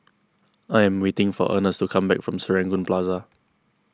I am waiting for Ernest to come back from Serangoon Plaza